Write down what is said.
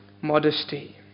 modesty